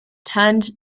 turned